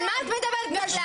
על מה את מדברת בכלל?